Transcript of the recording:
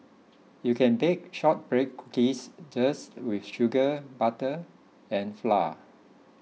you can bake Shortbread Cookies just with sugar butter and flour